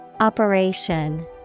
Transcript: Operation